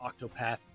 Octopath